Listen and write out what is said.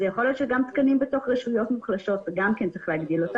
יכול להיות שצריך להגדיל את